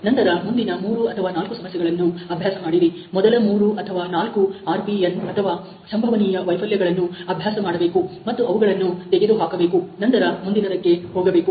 ನಂತರ ಮುಂದಿನ ಮೂರು ಅಥವಾ ನಾಲ್ಕು ಸಮಸ್ಯೆಗಳನ್ನು ಅಭ್ಯಾಸ ಮಾಡಿರಿ ಮೊದಲ ಮೂರು ಅಥವಾ 4 RPN ಅಥವಾ ಸಂಭವನೀಯ ವೈಫಲ್ಯಗಳನ್ನು ಅಭ್ಯಾಸ ಮಾಡಬೇಕು ಮತ್ತು ಅವುಗಳನ್ನು ತೆಗೆದುಹಾಕಬೇಕು ನಂತರ ಮುಂದಿನದಕ್ಕೆ ಹೋಗಬೇಕು